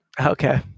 Okay